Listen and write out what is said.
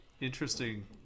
interesting